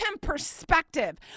perspective